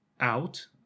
out